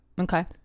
Okay